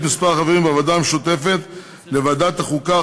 מספר החברים בוועדה המשותפת לוועדת החוקה,